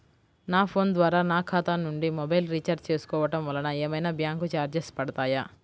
నా ఫోన్ ద్వారా నా ఖాతా నుండి మొబైల్ రీఛార్జ్ చేసుకోవటం వలన ఏమైనా బ్యాంకు చార్జెస్ పడతాయా?